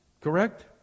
Correct